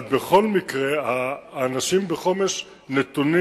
בכל מקרה, האנשים בחומש נתונים